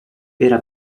era